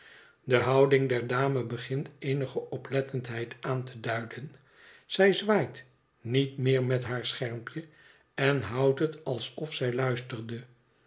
de houding der dame begint eenige oplettendheid aan te duiden zij zwaait niet meer met haar schermpje en houdt het alsof zij luisterde